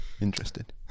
interested